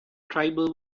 tribal